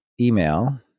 email